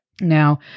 Now